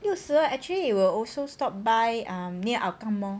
六十二 actually it will also stop by um near hougang mall